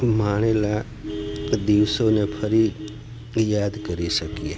માણેલા દિવસોને ફરી યાદ કરી શકીએ